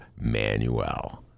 Manuel